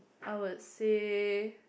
I would say